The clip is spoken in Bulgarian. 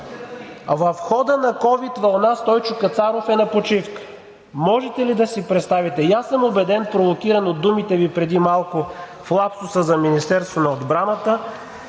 В хода на ковид вълна Стойчо Кацаров е на почивка. Можете ли да си представите? Убеден съм – провокиран от думите Ви преди малко в лапсуса за Министерството на отбраната,